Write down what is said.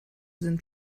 sind